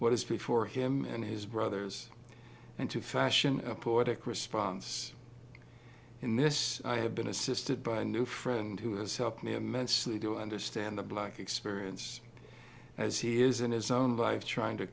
what is before him and his brothers and to fashion a poetic response in this i have been assisted by new friend who has helped me immensely to understand the black experience as he is in his own life trying to